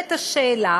נשאלת השאלה